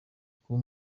kuba